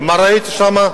ומה ראיתי שם,